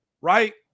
Right